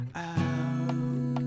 out